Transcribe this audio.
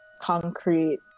concrete